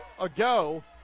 ago